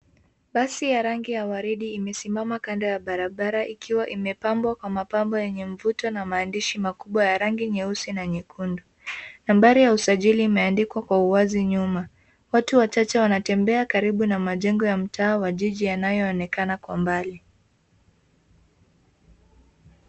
Basi ya rangi ya waridi imesimama kando ya barabara ikiwa imepambwa kwa mapambo yenye mvuto na maandishi makubwa ya rangi nyeusi na nyekundu. Nambari ya usajili imeandikwa kwa uwazi nyuma. Watu wachache wanatembea karibu na majengo ya mtaa wa jiji yanayoonekana kwa mbali.